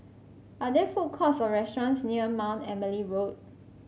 are there food courts or restaurants near Mount Emily Road